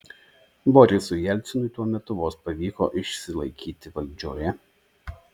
borisui jelcinui tuo metu vos pavyko išsilaikyti valdžioje